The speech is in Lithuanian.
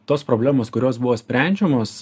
tos problemos kurios buvo sprendžiamos